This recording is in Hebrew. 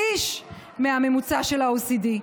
שליש מהממוצע של ה-OECD.